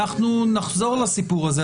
אנחנו נחזור לסיפור הזה.